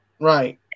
right